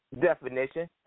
definition